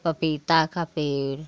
पपीता का पेड़